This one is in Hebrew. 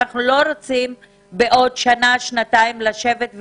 אנחנו לא רוצים לשבת בעוד שנה או שנתיים ולגלות